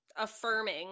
affirming